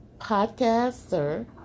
Podcaster